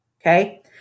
Okay